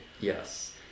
Yes